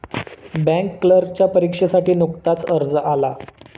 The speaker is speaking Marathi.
बँक क्लर्कच्या परीक्षेसाठी नुकताच अर्ज आला